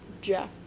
Jeff